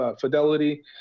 fidelity